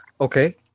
Okay